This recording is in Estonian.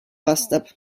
vastab